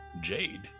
Jade